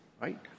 right